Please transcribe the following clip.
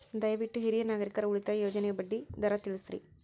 ದಯವಿಟ್ಟು ಹಿರಿಯ ನಾಗರಿಕರ ಉಳಿತಾಯ ಯೋಜನೆಯ ಬಡ್ಡಿ ದರ ತಿಳಸ್ರಿ